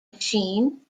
machine